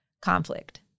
conflict